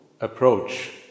approach